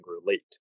relate